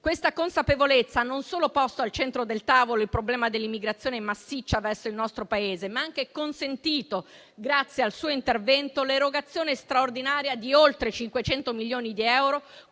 Questa consapevolezza non solo ha posto al centro del tavolo il problema dell'immigrazione massiccia verso il nostro Paese, ma ha anche consentito, grazie al suo intervento, l'erogazione straordinaria di oltre 500 milioni di euro,